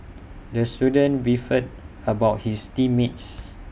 the student beefed about his team mates